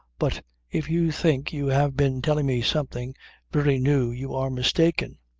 but if you think you have been telling me something very new you are mistaken.